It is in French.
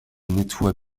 nettoie